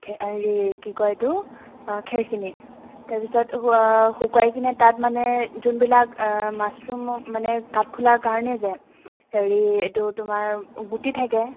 খে হেৰি কি কয় এইটো অঁ খেৰখিনি তাৰপিছত শুকুৱাই কিনে তাত মানে যোনবিলাক মাশ্ৰুম কাঠফুলা কাৰণে হেৰি এইটো তোমাৰ গুটি থাকে